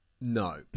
No